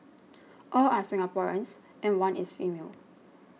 all are Singaporeans and one is female